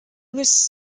was